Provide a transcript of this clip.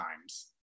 times